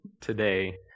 today